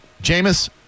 Jameis